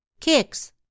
Kicks